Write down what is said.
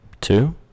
Two